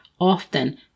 often